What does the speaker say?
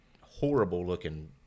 horrible-looking –